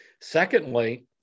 Secondly